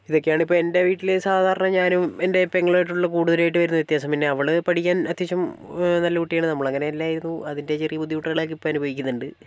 ഇതൊക്കെയാണ് ഇപ്പോൾ എൻറ്റെ വീട്ടിലെ സാധാരണ ഞാനും എൻറ്റെ പെങ്ങളുമായിട്ടുള്ള കൂടുതലായിട്ട് വരുന്ന വ്യത്യാസം പിന്നെ അവൾ പഠിക്കാൻ അത്യാവശ്യം നല്ല കുട്ടിയാണ് നമ്മൾ അങ്ങനെ അല്ലായിരുന്നു അതിൻറ്റെ ചെറിയ ബുദ്ധിമുട്ടുകളൊക്കെ ഇപ്പോൾ അനുഭവിക്കുന്നുണ്ട്